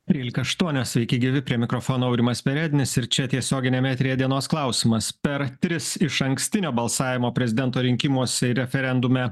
trylika aštuonios sveiki gyvi prie mikrofono aurimas perednis ir čia tiesioginiam eteryje dienos klausimas per tris išankstinio balsavimo prezidento rinkimuose ir referendume